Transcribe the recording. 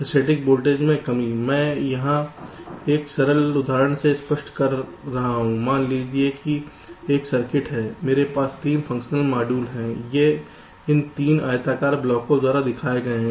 स्थैतिक वोल्टेज में कमी मैं यहां एक सरल उदाहरण से स्पष्ट कर रहा हूं मान लीजिए कि एक सर्किट है मेरे पास 3 फंक्शनल मॉड्यूल हैं ये इस 3 आयताकार ब्लॉकों द्वारा दिखाए गए हैं